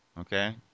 okay